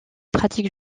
pratique